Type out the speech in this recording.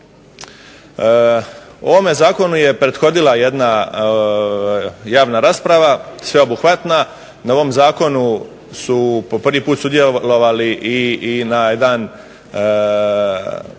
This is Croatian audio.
Ovome zakonu je prethodila jedna javna rasprava, sveobuhvatna. Na ovom zakonu su po prvi put sudjelovali i na jedan